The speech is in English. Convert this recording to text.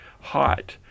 hot